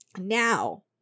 Now